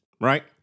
right